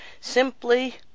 simply